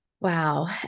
Wow